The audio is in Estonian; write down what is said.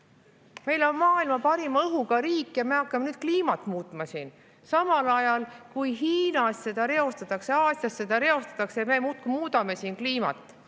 Meil on maailma parima õhuga riik ja me hakkame kliimat muutma siin, samal ajal kui Hiinas seda reostatakse, Aasias seda reostatakse, aga me muudkui muudame kliimat.